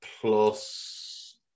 plus